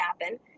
happen